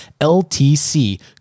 LTC